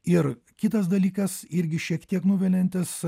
ir kitas dalykas irgi šiek tiek nuviliantis